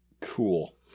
Cool